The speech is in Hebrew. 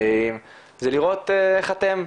זה לראות איך אתם,